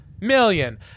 million